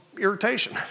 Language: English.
irritation